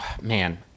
man